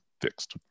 fixed